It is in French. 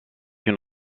une